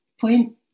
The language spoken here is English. Point